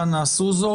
נא עשו זאת.